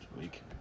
week